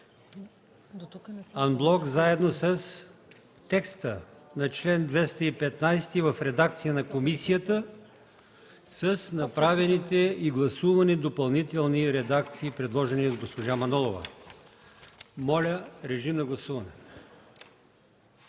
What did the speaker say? заедно с текста на чл. 215 в редакция на комисията, с направените и гласувани допълнителни редакции, предложени от госпожа Манолова. Гласували